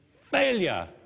failure